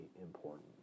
important